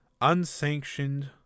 unsanctioned